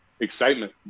excitement